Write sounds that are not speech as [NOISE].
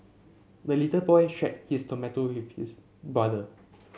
the little boy shared his tomato [UNINTELLIGIBLE] his brother